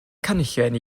cynllun